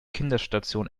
kinderstation